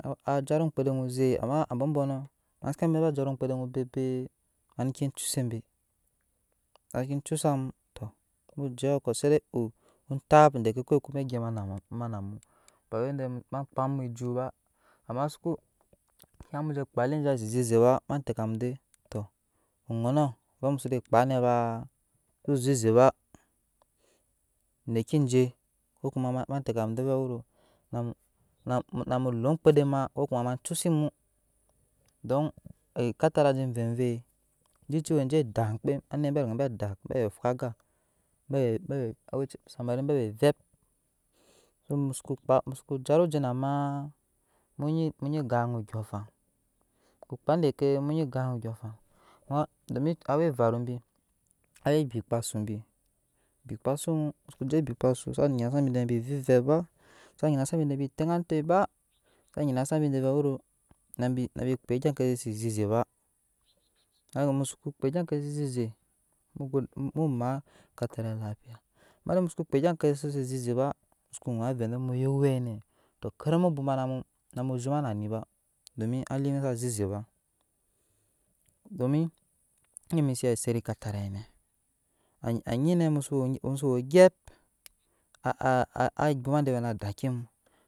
A a jara amŋkpede onyi oze amma abɔbɔnɔ ma seke ya be jara omŋkpede onyi bebe maneke cusi be mae cusam tɔ muje ko sede e utap deke kowe kubu gyema nama ema na mu ma kpam mu jut ba amma suku amma musu kpaa ali je sasi zeze ba ma tekam de to oŋunɔ ke muso zo kpaa nɛ ba su zeze ba ne ki je kuma ma tekm de vɛɛ wero namu namu le amŋkpede ma ko kuma ma cus mu don ekatarai vovoi je we je dak kpem anet bɛ dak bɛci we afwa aga bewe bewe aweci asabari bewe avep inmusuku kpaa jara oje namaa mu nyi gan aŋaa andyooŋofan muko kpaa deke munyi gan andee ondyɔɔnafan domi awe everu bbi awe ebi kpaa sbi bikpa sumu musoko je ebi kpaa su sa nyina za bide vɛɛ bi vep evep ba sa nyina sabi de vɛɛ bi te ŋa atoi ba sa nyina sabi vɛɛ wero bi kpaa ovɛɛ ke sosi zeze ama mu soko kpaa egya ki eze mu ma ekaturai lafia musoko kpaa egya ke sesi zeze avɛɛ muya owɛ nɛ to ker mu bwoma namu zhema nani ba domi ali ni sa zeze ba domu iden bi ziya eset katarai nɛ a a nyinɛ musu musu woo ogyɛp a a bwoma de vɛɛ ni dakki mu.